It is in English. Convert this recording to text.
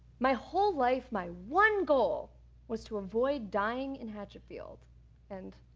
my whole life, my one goal was to avoid dying in hatchetfield and